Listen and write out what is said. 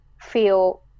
feel